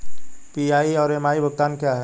PI और MI भुगतान क्या हैं?